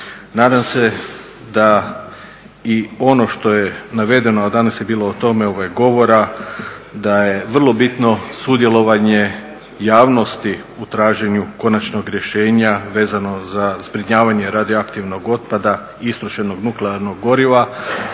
Nadam se da i ono što je navedeno, a danas je bilo o tome govora, da je vrlo bitno sudjelovanje javnosti u traženju konačnog rješenja vezano za zbrinjavanje radioaktivnog otpada, istrošenog nuklearnog goriva